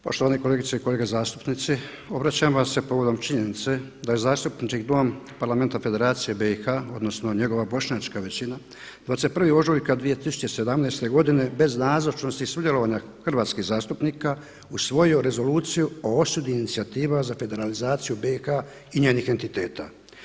Poštovane kolegice i kolege zastupnici, obraćam vam se povodom činjenice da je Zastupnički dom Parlamenta Federacije BiH odnosno njegova bošnjačka većina 21. ožujka 2017. godine bez nazočnosti i sudjelovanja hrvatskih zastupnika usvojio Rezoluciju o osudi inicijativa za federalizaciju BiH i njenih entiteta.